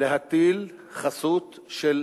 להטיל חסות של